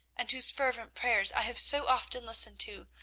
and whose fervent prayers i have so often listened to,